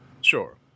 Sure